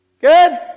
Good